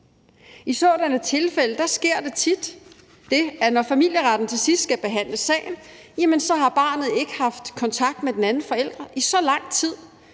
I sådanne tilfælde sker der tit det, at når familieretten til sidst skal behandle sagen, har barnet ikke haft kontakt med den anden forælder i så lang tid,